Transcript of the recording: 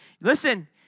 listen